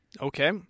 Okay